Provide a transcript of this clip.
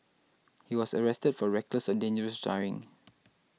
he was arrested for reckless or dangerous driving